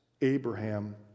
Abraham